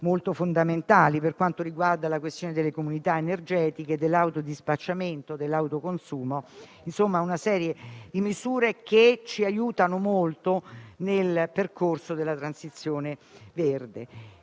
fondamentali per quanto riguarda la questione delle comunità energetiche, dell'auto dispacciamento e dell'autoconsumo. Insomma, una serie di misure che ci aiutano molto nel percorso della transizione verde.